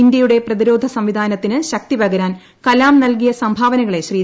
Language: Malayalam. ഇന്ത്യയുടെ പ്രതിരോധ സംവിധാനത്തിന് ശക്തിപകരാൻ കലാം നിൽകിയ സംഭാവനകളെ ശ്രീ